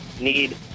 need